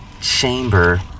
chamber